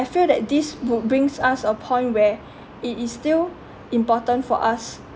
I feel that this would bring us a point where it is still important for us